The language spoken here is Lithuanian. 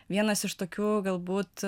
vienas iš tokių galbūt